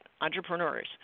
entrepreneurs